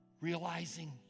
Realizing